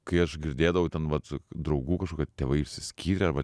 kai aš girdėdavau ten vat draugų kažkokie tėvai išsiskyrę arba ten